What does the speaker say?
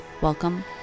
Welcome